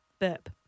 Burp